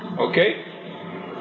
Okay